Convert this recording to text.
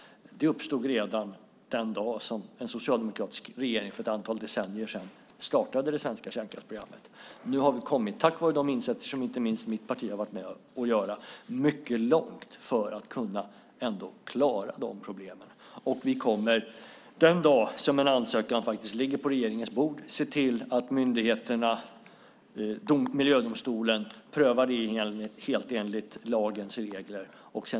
Det uppstod redan den dag då en socialdemokratisk regering för ett antal decennier sedan startade det svenska kärnkraftsprogrammet. Nu har vi tack vare de insatser som inte minst mitt parti har varit med om att göra kommit mycket långt för att kunna klara de problemen. Vi kommer den dag då en ansökan ligger på regeringens bord se till att myndigheterna och Miljödomstolen prövar den helt enligt lagens regler.